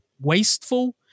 wasteful